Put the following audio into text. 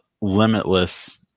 limitless